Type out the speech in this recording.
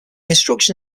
instruction